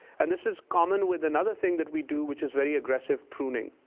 and this is common with another thing that we do, which is very aggressive pruning.